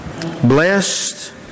Blessed